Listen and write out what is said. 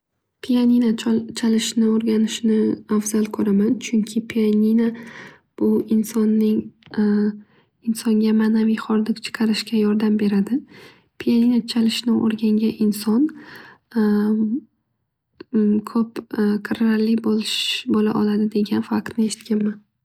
Pianino chalishni o'rganishni afzal ko'raman. Chunki pianino bu insonning insonga manaviy hordiq chiqarishga yordam beradi. Pianino chalishni bilgan inson ko'p qirrali bo'ladi deb eshitganman.